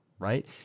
right